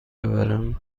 ببرم